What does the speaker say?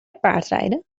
paardrijden